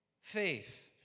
faith